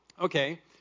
Okay